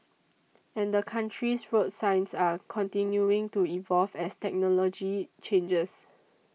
and the country's road signs are continuing to evolve as technology changes